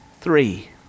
three